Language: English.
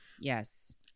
yes